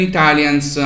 Italians